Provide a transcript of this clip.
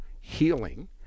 healing